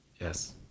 Yes